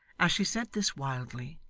as she said this wildly,